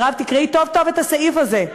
מירב, תקראי טוב-טוב את הסעיף הזה.